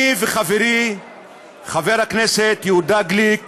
אני וחברי חבר הכנסת יהודה גליק